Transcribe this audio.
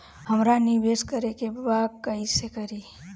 हमरा निवेश करे के बा कईसे करी?